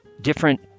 different